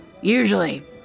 usually